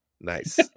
nice